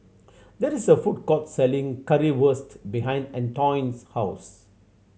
that is a food court selling Currywurst behind Antoine's house